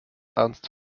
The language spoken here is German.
ernst